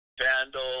vandal